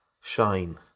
shine